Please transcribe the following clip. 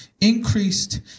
Increased